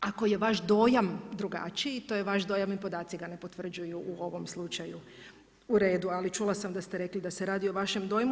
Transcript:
Ako je vaš dojam drugačiji to je vaš dojam i podaci ga ne potvrđuju u ovom slučaju u redu, ali čula sam da ste rekli da se radi o vašem dojmu.